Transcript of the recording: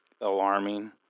alarming –